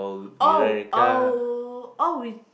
oh oh oh is